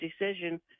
decision